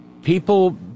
People